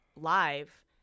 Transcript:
live